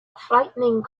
frightening